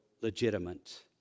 legitimate